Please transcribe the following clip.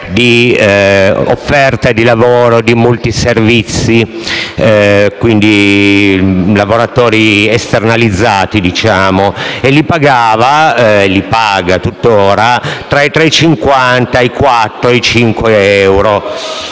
di offerta di lavoro di multiservizi, quindi per lavoratori esternalizzati, diciamo, e li pagava - e li paga tuttora - tra i 3,50, i 4 e i 5 euro.